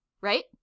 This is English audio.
right